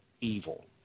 evil